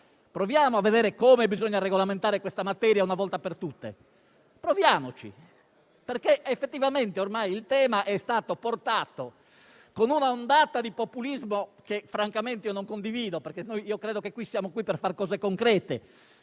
proviamo a vedere come bisogna regolamentare questa materia una volta per tutte. Proviamoci, perché effettivamente ormai il tema è stato sollevato, con una ondata di populismo che francamente non condivido, perché a mio parere siamo qui per fare cose concrete,